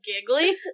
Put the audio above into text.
giggly